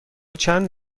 چند